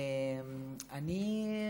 אני,